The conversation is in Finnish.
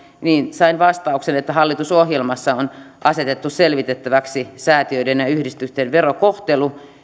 sain vastauksen että hallitusohjelmassa on asetettu selvitettäväksi säätiöiden ja yhdistysten verokohtelu